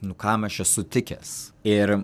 nu kam aš esu tikęs ir